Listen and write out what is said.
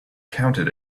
counted